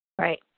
Right